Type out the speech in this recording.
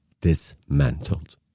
dismantled